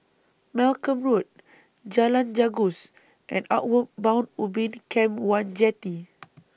Malcolm Road Jalan Janggus and Outward Bound Ubin Camp one Jetty